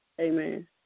amen